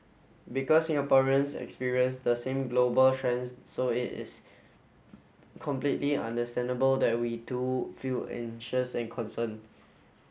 because Singaporeans experience the same global trends so it is completely understandable that we too feel anxious and concerned